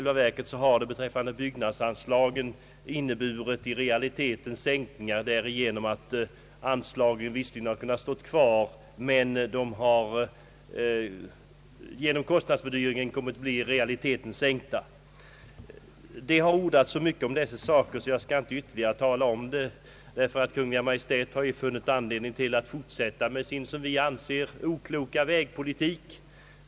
Vägbyggnadsanslagen har visserligen i stort sett hållits oförändrade i fråga om beloppen, men på grund av kostnadsökningen har det i realiteten varit fråga om en minskning. Även i år har Kungl. Maj:t funnit an ledning att fortsätta med sin enligt vår mening okloka vägpolitik.